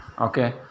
okay